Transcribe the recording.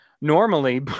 normally